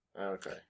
Okay